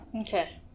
Okay